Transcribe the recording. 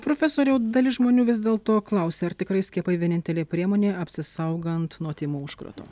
profesoriau dalis žmonių vis dėl to klausia ar tikrai skiepai vienintelė priemonė apsisaugant nuo tymų užkrato